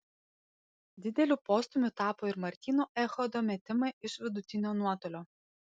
dideliu postūmiu tapo ir martyno echodo metimai iš vidutinio nuotolio